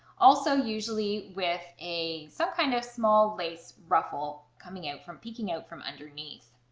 also usually with a some kind of small lace ruffle coming out from peeking out from underneath.